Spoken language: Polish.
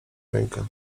rękę